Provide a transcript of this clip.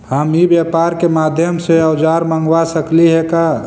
हम ई व्यापार के माध्यम से औजर मँगवा सकली हे का?